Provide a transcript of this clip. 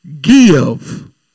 give